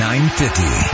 950